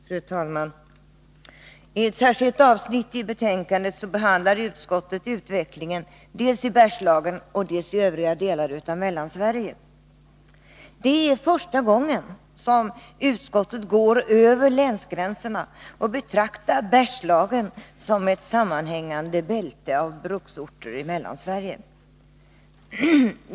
Fru talman! I ett särskilt avsnitt i betänkandet behandlar utskottet utvecklingen dels i Bergslagen, dels i övriga delar av Mellansverige. Det är första gången som utskottet går över länsgränserna och betraktar Bergslagen som ett sammanhängande bälte av bruksorter i Mellansverige.